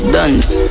Done